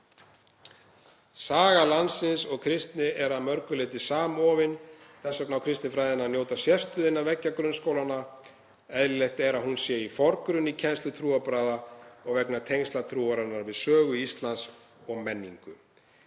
Saga landsins og kristni er að mörgu leyti samofin, þess vegna á kristinfræðin að njóta sérstöðu innan veggja grunnskólanna. Eðlilegt er að hún sé því í forgrunni í kennslu trúarbragða og vegna tengsla trúarinnar við sögu Íslands og menningu.